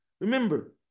remember